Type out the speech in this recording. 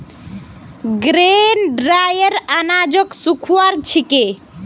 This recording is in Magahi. ग्रेन ड्रायर अनाजक सुखव्वार छिके